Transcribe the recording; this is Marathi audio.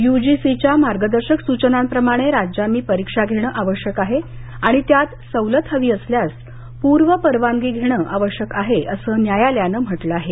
युजीसीच्या मार्गदर्शक सूचनांप्रमाणे राज्यांनी परीक्षा घेण आवश्यक आहे आणि त्यात सवलत हवी असल्यास पूर्व परवानगी घेण आवश्यक आहे असं न्यायालायानं म्हटलं आहे